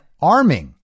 arming